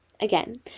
Again